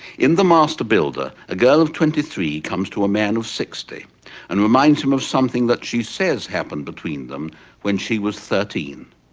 in the master builder, a girl of twenty three comes to a man of sixty and reminds him of something that she says happened between them when she was thirteen.